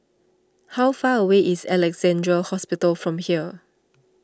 how far away is Alexandra Hospital from here